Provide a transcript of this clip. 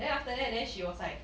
then after that then she was like